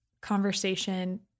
conversation